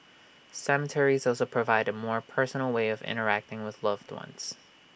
cemeteries also provide A more personal way of interacting with loved ones